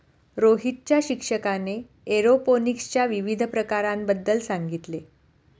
रोहितच्या शिक्षकाने एरोपोनिक्सच्या विविध प्रकारांबद्दल सांगितले